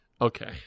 Okay